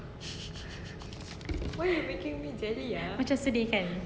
macam sedih kan